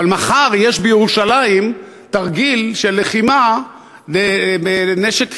אבל מחר יש בירושלים תרגיל של לחימה בנשק כימי,